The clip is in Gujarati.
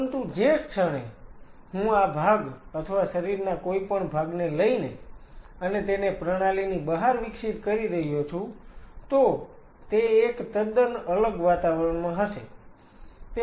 પરંતુ જે ક્ષણે હું આ ભાગ અથવા શરીરના કોઈપણ ભાગને લઈને અને તેને પ્રણાલીની બહાર વિકસિત કરી રહ્યો છું તો તે એક તદ્દન અલગ વાતાવરણમાં હશે